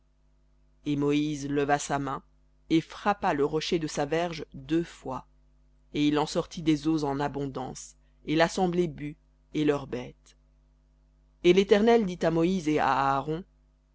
et moïse leva sa main et frappa le rocher de sa verge deux fois et il en sortit des eaux en abondance et l'assemblée but et leurs bêtes et l'éternel dit à moïse et à